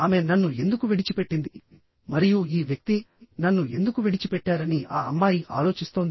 ఆమె నన్ను ఎందుకు విడిచిపెట్టింది మరియు ఈ వ్యక్తి నన్ను ఎందుకు విడిచిపెట్టారని ఆ అమ్మాయి ఆలోచిస్తోంది